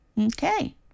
Okay